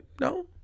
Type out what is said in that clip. No